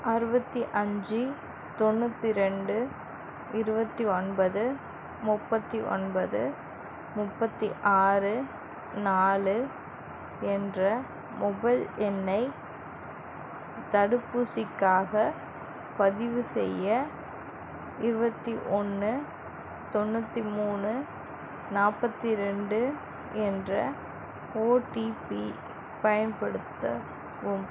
அறுபத்தி அஞ்சு தொண்ணூற்றி ரெண்டு இருபத்தி ஒன்பது முப்பத்தி ஒன்பது முப்பத்தி ஆறு நாலு என்ற மொபைல் எண்ணை தடுப்பூசிக்காகப் பதிவுசெய்ய இருபத்தி ஒன்று தொண்ணூற்றி மூணு நாற்பத்தி ரெண்டு என்ற ஓடிபி பயன்படுத்தவும்